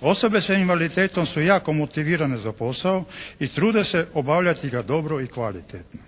Osobe sa invaliditetom su jako motivirane za posao i trude se obavljati ga dobro i kvalitetno.